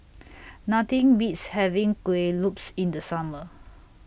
Nothing Beats having Kueh Lopes in The Summer